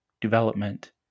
development